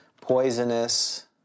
poisonous